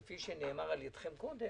כפי שנאמר על ידכם קודם,